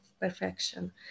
perfection